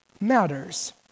matters